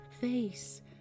face